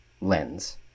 lens